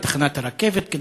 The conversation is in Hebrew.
לתחנת הרכבת,